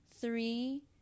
Three